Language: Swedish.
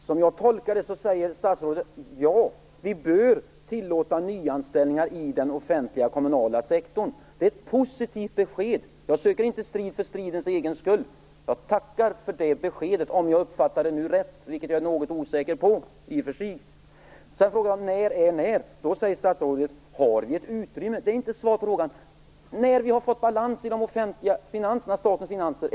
Herr talman! Som jag tolkar det säger statsrådet att vi bör tillåta nyanställningar i den offentliga kommunala sektorn. Det är ett positivt besked. Jag söker inte strid för stridens egen skull. Jag tackar för det beskedet om jag uppfattade det rätt, vilket jag i och för sig är något osäker på. Jag frågar när vi skall satsa mer på vård, omsorg osv. Då säger statsrådet att det blir när vi har ett utrymme. Det är inte svar på frågan. Är det dags när vi har fått balans i statens offentliga finanser och när vi inte lånar?